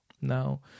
now